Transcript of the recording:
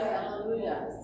hallelujah